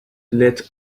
let